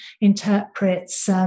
interprets